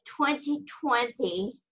2020